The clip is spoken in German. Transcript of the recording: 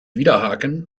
widerhaken